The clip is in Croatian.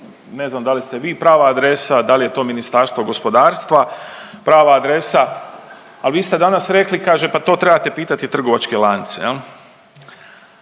ne znam da li ste vi prava adresa, da li je to Ministarstvo gospodarstva prava adresa, ali vi ste danas rekli kaže pa to trebate pitati trgovačke lance,